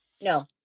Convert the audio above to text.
no